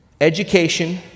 education